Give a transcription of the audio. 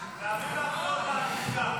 נתקבלה.